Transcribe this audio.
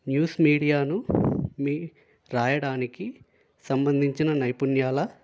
news మీడియాను మీ రాయడానికి సంబంధించిన నైపుణ్యాల